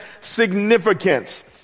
significance